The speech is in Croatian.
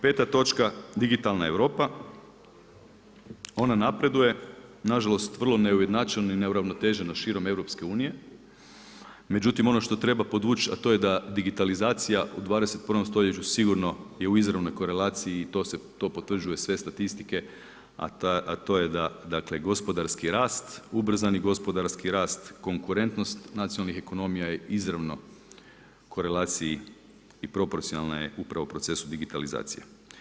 5. točka digitalan Europa, ona napreduje, nažalost vrlo neujednačeno i neuravnoteženo širom EU, međutim ono što treba podvući a to je da digitalizacija u 21. stoljeću sigurno je u izravnoj korelaciji i to potvrđuje sve statistike, a to je gospodarski rast, ubrzani gospodarski rast, konkurentnost nacionalnih ekonomija je izravno u korelaciji i proporcionalna je upravo procesu digitalizacije.